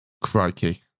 crikey